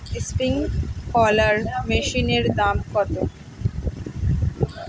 Sprinkler মেশিনের দাম কত?